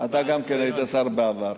אתה גם כן, היית שר בעבר.